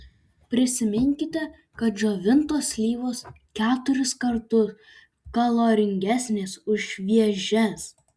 prisiminkite kad džiovintos slyvos keturis kartus kaloringesnės už šviežias